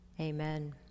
amen